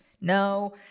No